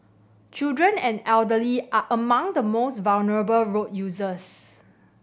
children and the elderly are among the most vulnerable road users